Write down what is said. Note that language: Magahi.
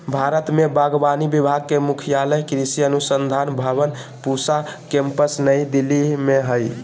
भारत में बागवानी विभाग के मुख्यालय कृषि अनुसंधान भवन पूसा केम्पस नई दिल्ली में हइ